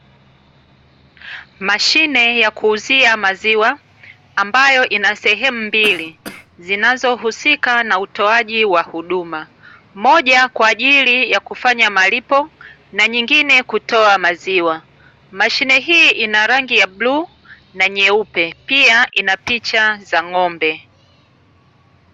Mashine ya kuuzia maziwa ambayo ina sehemu mbili zinazohusika na utoaji wa huduma, moja kwa ajili ya kufanya malipo na nyingine kutoa maziwa. Mashine hii ina rangi ya bluu na nyeupe, pia ina picha za ng'ombe.